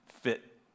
fit